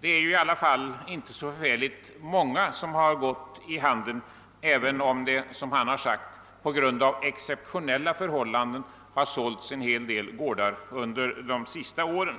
Det är ändå inte särskilt många gårdar som har avyttrats, även om det, såsom herr Vigelsbo framhöll, på grund av exceptionella förhållanden har ägt rum en hel del försäljningar under de senaste åren.